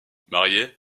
marié